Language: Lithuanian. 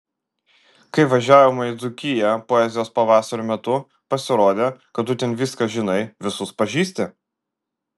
kai važiavome į dzūkiją poezijos pavasario metu pasirodė kad tu ten viską žinai visus pažįsti